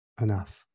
enough